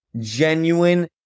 genuine